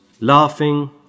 laughing